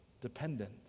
dependent